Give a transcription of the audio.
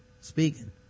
speaking